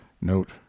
Note